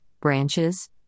branches